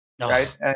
right